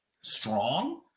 strong